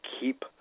keep